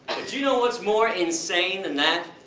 do you know what's more insane than that?